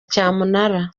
cyamunara